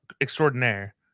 extraordinaire